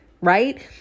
right